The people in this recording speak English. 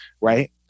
Right